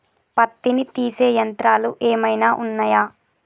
పత్తిని తీసే యంత్రాలు ఏమైనా ఉన్నయా?